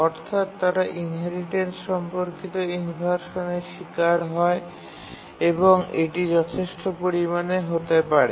অর্থাৎ তারা ইনহেরিটেন্স সম্পর্কিত ইনভারশানের শিকার হয় এবং এটি যথেষ্ট পরিমাণে হতে পারে